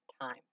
time